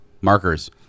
markers